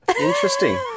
Interesting